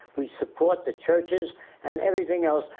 we support the churches and everything else.